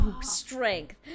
strength